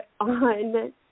on